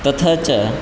तथा च